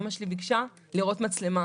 אמא שלי ביקשה לראות מצלמה.